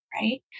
right